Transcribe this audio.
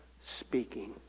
speaking